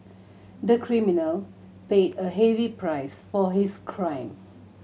the criminal paid a heavy price for his crime